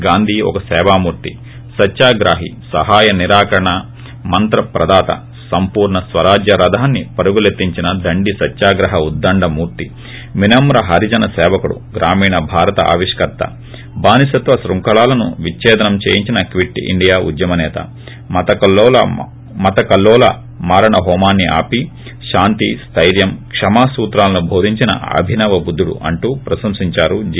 గాంధీ ఒక సేవా మూర్తి సత్యాగ్రాహి సహాయ నిరాకరణ మంత్ర ప్రదాత సంపూర్ణ స్వరాజ్య రథాన్ని పరుగులెత్తించిన దండి సత్వాగ్రహ ఉద్దండ మూర్తి వినమ్ర హరిజన సేవకుడు గ్రామీణ భారత ఆవిష్కర్త బానిసత్వ శృంఖలాలను విచ్చేదనం చేయించిన క్విట్ ఇండియా ఉద్యమనేత మతకల్లోల మారణహోమాన్ని ఆపి శాంతి స్వెర్యం క్షమా సూత్రాలను ప్రబోధించిన అభినవ బుద్దుడు అంటూ ప్రశంసిస్తారు జె